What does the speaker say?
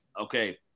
Okay